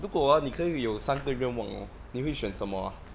如果啊你可以有三个愿望哦你会选什么啊